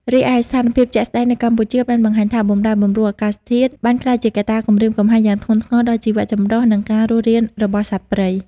រីឯ ស្ថានភាពជាក់ស្តែងនៅកម្ពុជាបានបង្ហាញថា បម្រែបម្រួលអាកាសធាតុបានក្លាយជាកត្តាគំរាមកំហែងយ៉ាងធ្ងន់ធ្ងរដល់ជីវចម្រុះ និងការរស់រានរបស់សត្វព្រៃ។